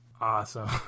Awesome